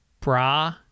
bra